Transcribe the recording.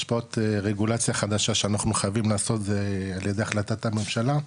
השפעות רגולציה חדשה שאנחנו חייבים לעשות על ידי החלטת הממשלה.